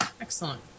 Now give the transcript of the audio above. excellent